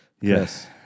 Yes